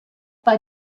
bei